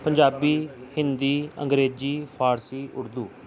Punjabi Hindi Angrezi Farsi Urdu